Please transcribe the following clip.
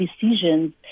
decisions